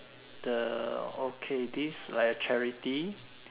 the okay this like a charity